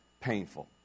painful